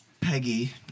Peggy